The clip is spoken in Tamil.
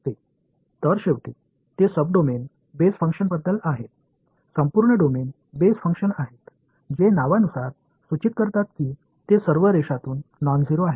எனவே அவை இறுதியாக சப் டொமைன் அடிப்படையிலான செயல்பாட்டைப் பற்றியவை ஃபுல்டொமைன் அடிப்படையிலான செயல்பாடுகள் உள்ளன அவை பெயரைக் குறிப்பிடுவதால் அவை வரி முழுவதும் நான்ஜீரோ